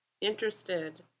interested